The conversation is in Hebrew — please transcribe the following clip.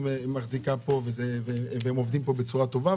מעסיקה פה והם עובדים פה בצורה טובה,